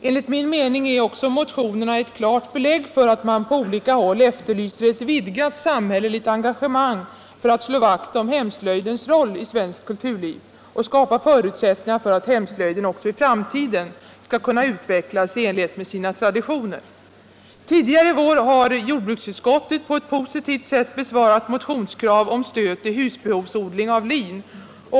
Enligt min mening är motionerna också ett klart belägg för att man på olika håll efterlyser ett vidgat samhälleligt engagemang för att slå vakt om hemslöjdens roll i svenskt kulturliv och skapa förutsättningar för att hemslöjden också i framtiden skall kunna utvecklas i enlighet med sina traditioner. Tidigare i vår har jordbruksutskottet på ett positivt sätt besvarat motionskrav om stöd till husbehovsodling av lin.